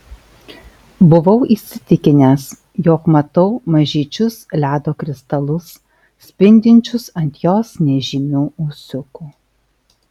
buvau įsitikinęs jog matau mažyčius ledo kristalus spindinčius ant jos nežymių ūsiukų